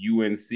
UNC